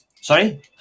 Sorry